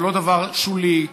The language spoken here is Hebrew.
זה לא דבר שולי,